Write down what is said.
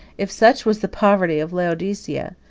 if such was the poverty of laodicea,